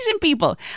people